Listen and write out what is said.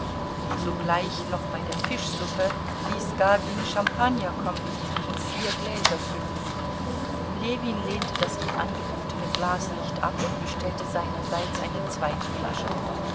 sogleich noch bei der fischsuppe ließ gagin champagner kommen und vier gläser füllen ljewin lehnte das ihm angebotene glas nicht ab und bestellte seinerseits eine zweite flasche